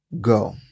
go